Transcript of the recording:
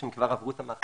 שהם כבר עברו את המחלה?